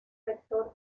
rector